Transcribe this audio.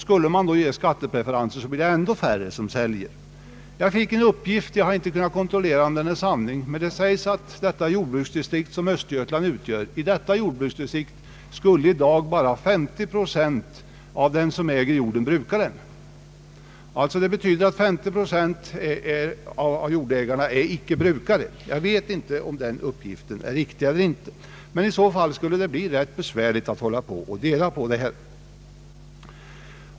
Skulle man då ge skattepreferens blir det ännu färre som säljer. Jag har fått den uppgiften — jag har inte kunnat kontrollera om den är riktig — att i ett sådant jordbruksdistrikt som Östergötland skulle i dag bara 50 procent av dem som äger jorden bruka den. Det betyder alltså att 530 procent av jordägarna inte är brukare. Om denna uppgift är riktig skulle det bli besvärligt att göra en uppdelning.